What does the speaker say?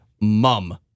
mum